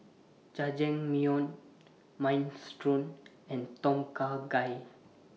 Jajangmyeon Minestrone and Tom Kha Gai